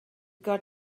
got